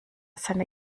seine